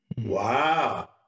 wow